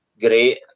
great